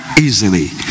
easily